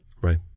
Right